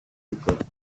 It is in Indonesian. ikut